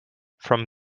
from